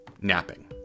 napping